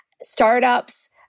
startups